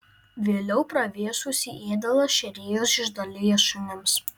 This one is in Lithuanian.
vėliau pravėsusį ėdalą šėrėjos išdalija šunims